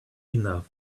enough